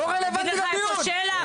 איפה שלח?